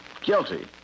guilty